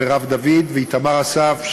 מרב דוד ואיתמר אסף,